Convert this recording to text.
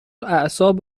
اعصاب